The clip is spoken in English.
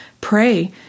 Pray